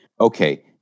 Okay